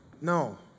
no